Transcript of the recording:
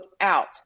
out